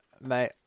Mate